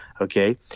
okay